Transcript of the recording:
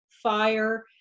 fire